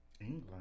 England